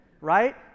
Right